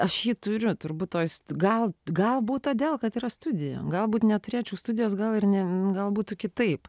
aš jį turiu turbūt toje st gal galbūt todėl kad yra studija galbūt neturėčiau studijos gal ir ne gal būtų kitaip